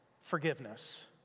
forgiveness